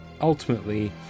ultimately